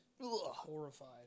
horrified